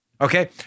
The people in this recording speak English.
okay